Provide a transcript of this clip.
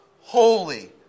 Holy